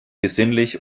besinnlich